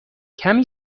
کمی